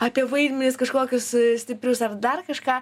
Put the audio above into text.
apie vaidmenis kažkokius stiprius ar dar kažką